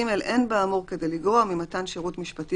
(ג) אין באמור כדי לגרוע ממתן שירות משפטי